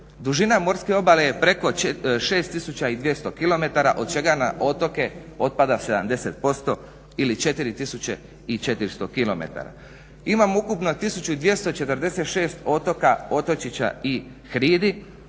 Dužina morske obale je preko 6200 km od čega na otoke otpada 70% ili 4400 km. Imam ukupno 1246 otoka, otočića i hridi